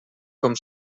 com